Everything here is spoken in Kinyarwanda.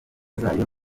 zayo